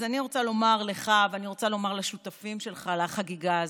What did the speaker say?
אז אני רוצה לומר לך ואני רוצה לומר לשותפים שלך לחגיגה הזאת: